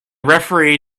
referee